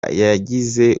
yagize